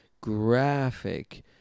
graphic